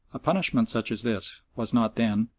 a punishment such as this was not then,